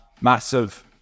massive